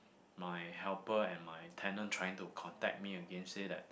my helper and my tenant trying to contact me again say that